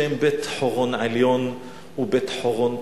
שהן בית-חורון עליון ובית-חורון תחתון.